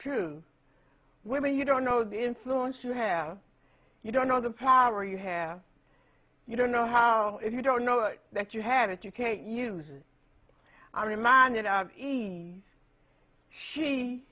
true women you don't know the influence you have you don't know the power you have you don't know how if you don't know that you had it you can't use it i reminded eve she